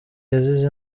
yazize